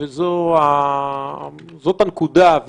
וזאת הנקודה,